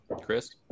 Chris